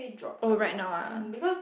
oh right now ah